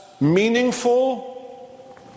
meaningful